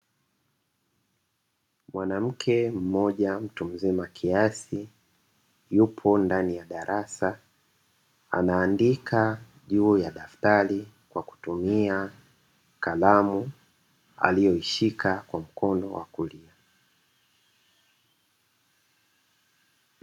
Mwanamke mmoja mtu mzima kiasi yupo ndani, ya darasa anandika juu ya daftari kwa kutumia kalamu aliyoishika kwa mkono wa kulia.